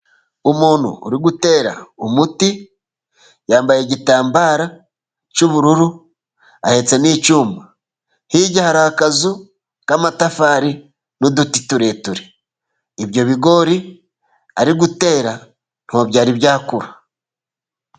Umuntu uri gutera umuti, yambaye igitambaro cy'ubururu, ahetse n'icyuma, hirya hari akazu k'amatafari n'uduti tureture, ibyo bigori ari gutera ntabwo byari byakura.